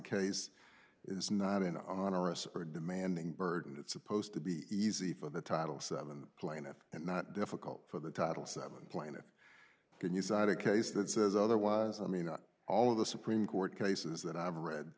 case is not in on our us or demanding burden it's supposed to be easy for the title seven plaintiffs and not difficult for the title seven planet can you cite a case that says otherwise i mean all of the supreme court cases that i've read